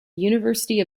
university